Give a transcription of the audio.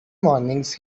mornings